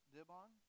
Dibon